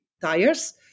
tires